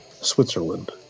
Switzerland